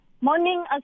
Morning